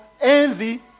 envy